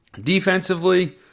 defensively